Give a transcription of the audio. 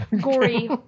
...gory